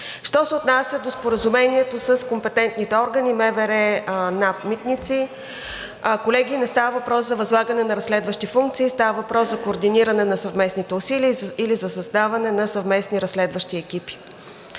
Що се отнася до споразумението с компетентните органи – МВР, НАП, „Митници“, колеги, не става въпрос за възлагане на разследващи функции, става въпрос за координиране на съвместните усилия или за създаване на съвместни разследващи екипи.